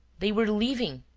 they were leaving.